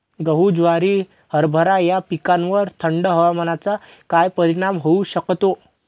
गहू, ज्वारी, हरभरा या पिकांवर थंड हवामानाचा काय परिणाम होऊ शकतो?